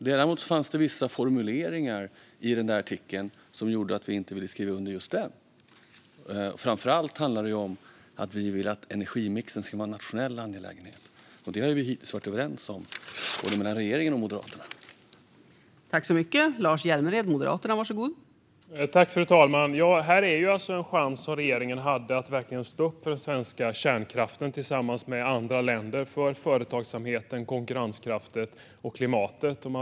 Det fanns dock vissa formuleringar i den här artikeln som gjorde att vi inte ville skriva under just den. Framför allt handlar det om att vi vill att energimixen ska vara en nationell angelägenhet. Det har regeringen och Moderaterna hittills varit överens om.